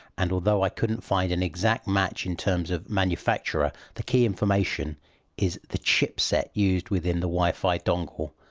and, although i couldn't find an exact match in terms of manufacturer, the key information is the chipset used within the wifi dongle.